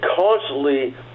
constantly